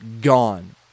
gone